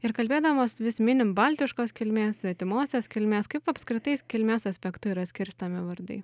ir kalbėdamos vis minim baltiškos kilmės svetimosios kilmės kaip apskritais kilmės aspektu yra skirstomi vardai